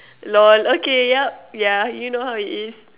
lol okay yup yeah you know how it is